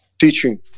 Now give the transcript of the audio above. teaching